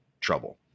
trouble